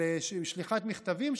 של שליחת מכתבים,